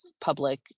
public